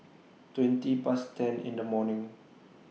twenty Past ten in The morning